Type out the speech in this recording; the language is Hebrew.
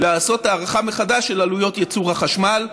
לעשות הערכה מחדש של עלויות ייצור החשמל,